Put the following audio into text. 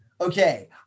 okay